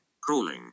crawling